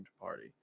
party